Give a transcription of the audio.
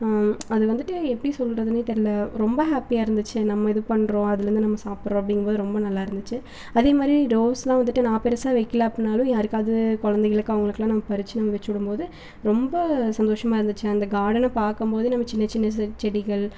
அது வந்துட்டு எப்படி சொல்கிறதுன்னே தெரில ரொம்ப ஹேப்பியாக இருந்துச்சு நம்ம இது பண்றோம் அதில் இருந்து நம்ம சாப்பிடுறோம் அப்படிங்கும் போது ரொம்ப நல்லா இருந்துச்சு அதேமாதிரி ரோஸ்லாம் வந்துட்டு நான் பெருசாக வைக்கில அப்படின்னாலும் யாருக்காவது குழந்தைகளுக்கு அவங்களுக்குலாம் நான் பறித்து நம்ம வச்சு விடும் போது ரொம்ப சந்தோசமாக இருந்துச்சு அந்த கார்டனை பார்க்கும் போது நம்ம சின்ன சின்ன செடிகள்